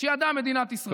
שידעה מדינת ישראל.